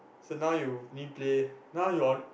so now you only play now you on